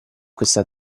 questa